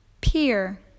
peer